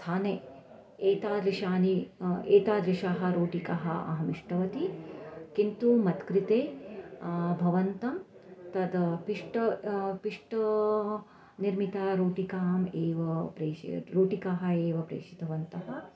स्थाने एतादृशाः एतादृशाः रोटिकाः अहम् इष्टवती किन्तु मत्कृते भवन्तं तद् पिष्टं पिष्टनिर्मिता रोटिकाम् एव प्रेष रोटिकाः एव प्रेषितवन्तः